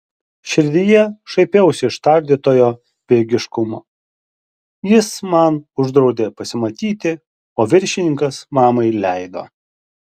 širdyje šaipiausi iš tardytojo bejėgiškumo jis man uždraudė pasimatyti o viršininkas mamai leido